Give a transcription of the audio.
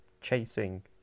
chasing